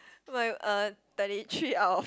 my uh thirty three out of